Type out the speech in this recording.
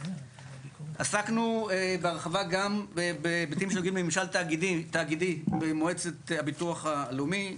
עסקנו בהרחבה גם בהיבטים של ממשל תאגידי במועצת הביטוח הלאומי,